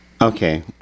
Okay